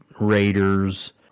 Raiders